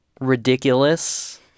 ridiculous